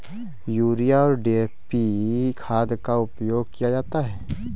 urea और DAP खाद का प्रयोग किया जाता है